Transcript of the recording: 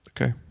Okay